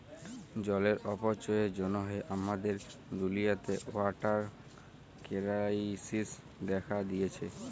জলের অপচয়ের জ্যনহে আমাদের দুলিয়াতে ওয়াটার কেরাইসিস্ দ্যাখা দিঁয়েছে